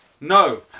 no